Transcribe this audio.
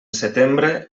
setembre